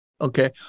okay